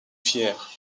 fier